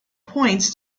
points